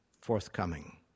forthcoming